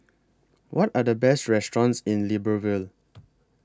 What Are The Best restaurants in Libreville